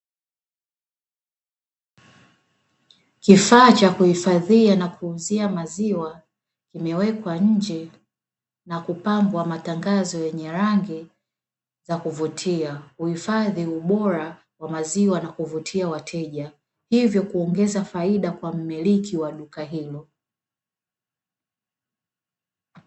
Kifaa cha kuhifadhia na kuuzia maziwa kimewekwa nje na kupambwa matangazo yenye rangi na kuvutia. Kuhifadhi huduma ya maziwa na kuvutia wateja, hivyo kuongeza faida kwa mmiliki wa duka hilo.